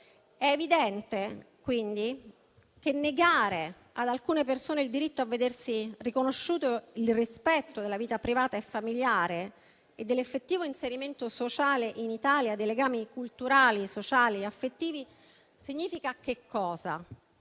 evidente che negare ad alcune persone il diritto a vedersi riconosciuto il rispetto della vita privata e familiare, dell'effettivo inserimento sociale in Italia e dei legami culturali, sociali e affettivi significa